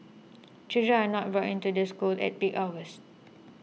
children are not brought into the school at peak hours